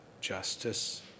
justice